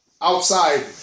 outside